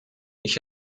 ich